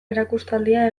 erakustaldia